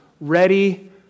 ready